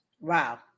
Wow